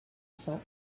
cent